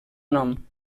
nom